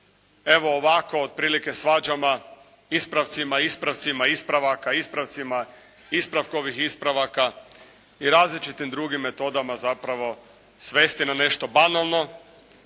evo ovako otprilike svađama, ispravcima, ispravcima ispravaka, ispravcima ispravkovih ispravaka i različitim drugim metodama zapravo svesti na nešto banalno,